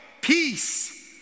peace